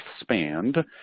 expand